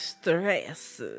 stress